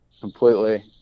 completely